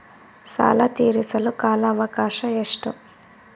ಸಾಲ ತೇರಿಸಲು ಕಾಲ ಅವಕಾಶ ಎಷ್ಟು?